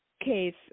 case